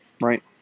right